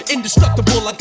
Indestructible